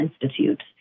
Institute